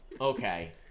Okay